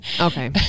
okay